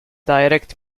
direct